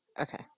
Okay